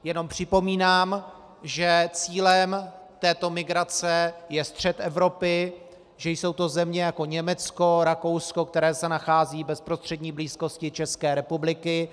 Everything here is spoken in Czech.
Jenom připomínám, že cílem této migrace je střed Evropy, že jsou to země, jako Německo, Rakousko, které se nachází v bezprostřední blízkosti České republiky.